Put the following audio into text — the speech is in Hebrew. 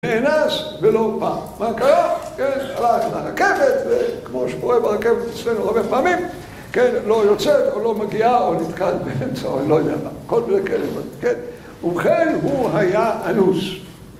נאנס ולא פעם. מה קרה? איש הלך לרכבת, וכמו שקורה ברכבת אצלנו הרבה פעמים, כן? לא יוצאת, או לא מגיעה, או נתקעת באמצע, או אני לא יודע מה. כל מיני כאלה דברים, כן? ובכן, הוא היה אנוס.